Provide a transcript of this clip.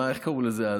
איך קראו לזה אז?